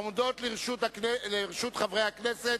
עומדות לרשות חברי הכנסת,